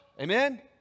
amen